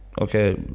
okay